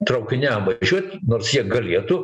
traukiniam važiuot nors jie galėtų